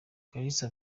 kalisa